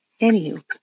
Anywho